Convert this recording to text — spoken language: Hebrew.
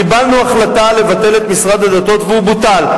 קיבלנו החלטה לבטל את משרד הדתות, והוא בוטל.